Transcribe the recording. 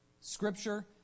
Scripture